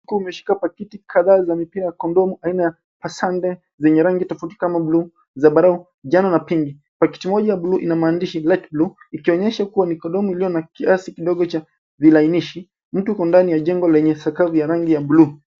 Mkono umeshika paketi kadhaa za mipira ya kondomu aina ya pasande zenye rangi tofauti kama buluu, zambarau, njano na pinki. Paketi moja ya buluu ina maandishi light blue ikionyesha kuwa ni kondomu iliyo na kiasi kidogo cha vilainishi. Mtu yuko ndani ya jengo lenye sakafu ya rangi ya buluu.